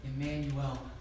Emmanuel